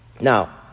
Now